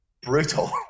brutal